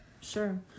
Sure